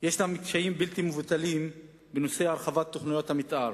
על כך יש קשיים בלתי מבוטלים בנושא הרחבת תוכניות מיתאר,